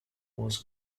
was